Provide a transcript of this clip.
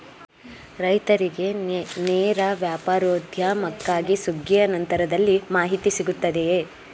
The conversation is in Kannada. ರೈತರಿಗೆ ನೇರ ವ್ಯಾಪಾರೋದ್ಯಮಕ್ಕಾಗಿ ಸುಗ್ಗಿಯ ನಂತರದಲ್ಲಿ ಮಾಹಿತಿ ಸಿಗುತ್ತದೆಯೇ?